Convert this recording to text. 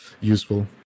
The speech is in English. useful